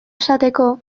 esateko